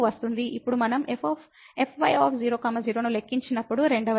ఇప్పుడు మనం fy0 0 ను లెక్కించినప్పుడు రెండవది